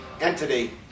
entity